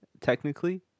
technically